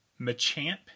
Machamp